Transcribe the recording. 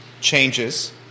changes